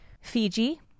Fiji